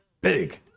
big